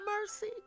mercy